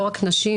לא רק נשים,